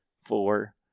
four